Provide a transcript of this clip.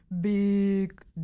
big